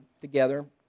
together